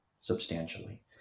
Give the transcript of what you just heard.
substantially